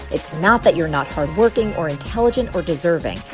it's not that you're not hard working or intelligent or deserving,